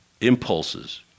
impulses